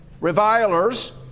revilers